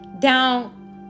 down